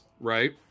right